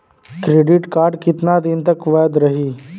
Credit card कितना दिन तक वैध रही?